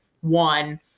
one